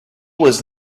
was